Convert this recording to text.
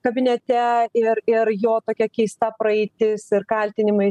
kabinete ir ir jo tokia keista praeitis ir kaltinimai